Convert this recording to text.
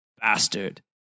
bastard